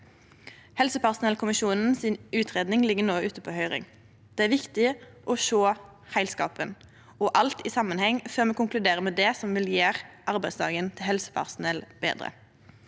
Helsepersonellkommisjonen si utgreiing ligg no ute på høyring. Det er viktig å sjå heilskapen og alt i samanheng før me konkluderer med det som vil gjere arbeidsdagen til helsepersonell betre.